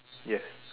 yes